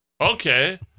okay